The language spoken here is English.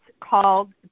called